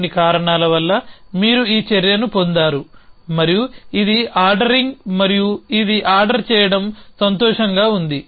కొన్ని కారణాల వల్ల మీరు ఈ చర్యను పొందారు మరియు ఇది ఆర్డరింగ్ మరియు ఇది ఆర్డర్ చేయడం సంతోషంగా ఉంది